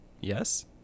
yes